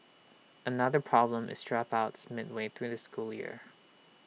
another problem is dropouts midway through the school year